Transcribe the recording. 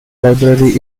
library